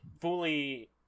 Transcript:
fully